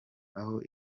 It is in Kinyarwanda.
aho